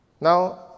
Now